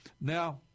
Now